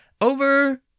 over